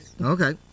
Okay